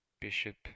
Bishop